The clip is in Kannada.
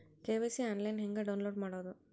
ಕೆ.ವೈ.ಸಿ ಆನ್ಲೈನ್ ಹೆಂಗ್ ಡೌನ್ಲೋಡ್ ಮಾಡೋದು?